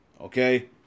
Okay